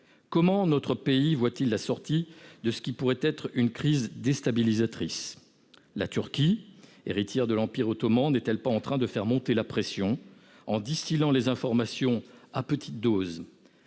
comment notre pays voit-il la sortie de ce qui pourrait être une crise déstabilisatrice ? La Turquie, héritière de l'Empire ottoman, n'est-elle pas en train de faire monter la pression en distillant les informations à petites doses ?